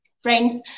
Friends